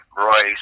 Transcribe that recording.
Royce